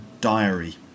diary